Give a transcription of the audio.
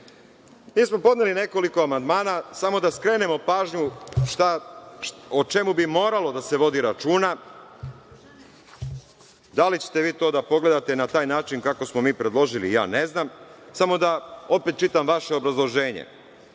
kažem. Podneli smo nekoliko amandmana samo da skrenemo pažnju o čemu bi moralo da se vodi računa. Da li ćete vi to da pogledate na taj način kako smo mi predložili, ja ne znam. Čitam vaše obrazloženje.